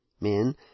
Men